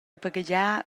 baghegiar